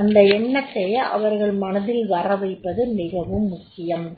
அந்த எண்ணத்தை அவர்கள் மனதில் வரவைப்பது மிக முக்கியம்